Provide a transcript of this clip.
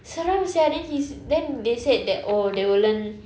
seram sia then he s~ then they said that oh they will learn